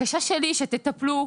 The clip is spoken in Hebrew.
הבקשה שלי היא שתטפלו,